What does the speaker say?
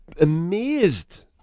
amazed